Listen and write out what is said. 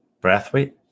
Brathwaite